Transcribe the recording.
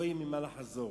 לא יהיה ממה לחזור.